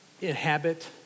inhabit